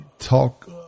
Talk